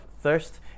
thirst